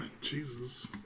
Jesus